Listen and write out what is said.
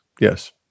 yes